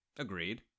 Agreed